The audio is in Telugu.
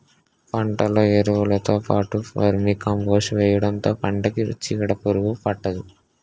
పంటలో ఎరువులుతో పాటు వర్మీకంపోస్ట్ వేయడంతో పంటకి చీడపురుగు పట్టదు